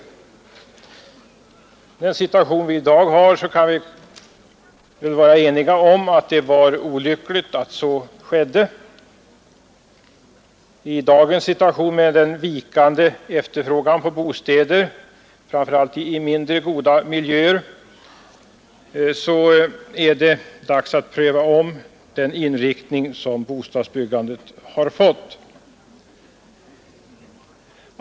I den situation som i dag råder kan vi vara eniga om att det var olyckligt att så skedde. Med dagens vikande efterfrågan på bostäder, framför allt i mindre goda miljöer, är det dags att ompröva den inriktning som bostadsbyggandet har fått.